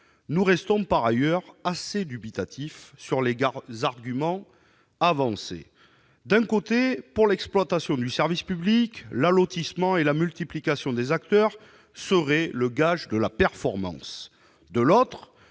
nous laissent par ailleurs assez dubitatifs. D'un côté, pour l'exploitation du service public, l'allotissement et la multiplication des acteurs seraient le gage de la performance. De l'autre,